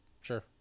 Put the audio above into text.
Sure